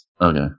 Okay